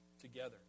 together